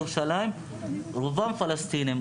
רובם פלסטינים.